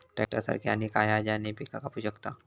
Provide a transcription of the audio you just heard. Tractor सारखा आणि काय हा ज्याने पीका कापू शकताव?